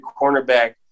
cornerback